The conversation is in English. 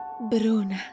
Bruna